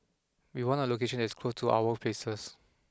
we want a location that is close to our places